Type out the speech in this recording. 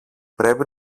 πρέπει